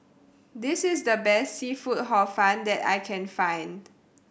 this is the best seafood Hor Fun that I can find